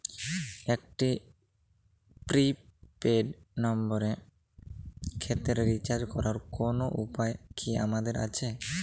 একটি prepaid নম্বরের ক্ষেত্রে রিচার্জ করার কোনো উপায় কি আমাদের আছে?